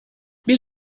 бир